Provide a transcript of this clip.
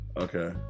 Okay